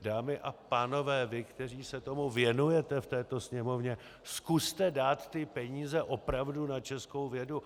Dámy a pánové, vy, kteří se tomu věnujete v této Sněmovně, zkuste dát ty peníze opravdu na českou vědu.